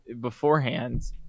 beforehand